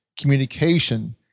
communication